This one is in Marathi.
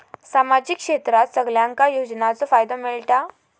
सामाजिक क्षेत्रात सगल्यांका योजनाचो फायदो मेलता?